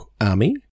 army